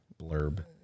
blurb